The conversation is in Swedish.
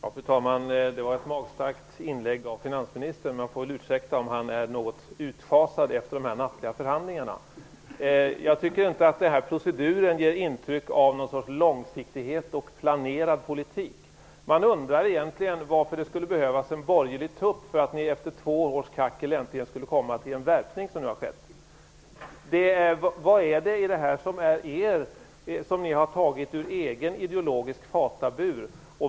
Fru talman! Det var ett magstarkt inlägg av finansministern. Man får väl ursäkta om han är något utschasad efter de nattliga förhandlingarna. Jag tycker inte att denna procedur ger intryck av någon långsiktighet och planerad politik. Man undrar egentligen varför det skulle behövas en borgerlig tupp för att ni efter två års kackel äntligen skulle komma till en värpning. Vad är det i detta som ni har tagit ur egen ideologisk fatabur?